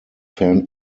fan